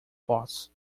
posso